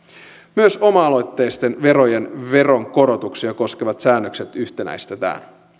myös oma aloitteisten verojen veronkorotuksia koskevat säännökset yhtenäistetään